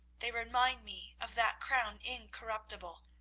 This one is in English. they remind me of that crown incorruptible,